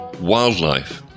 Wildlife